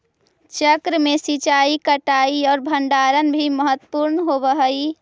चक्र में सिंचाई, कटाई आउ भण्डारण भी महत्त्वपूर्ण होवऽ हइ